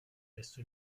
presso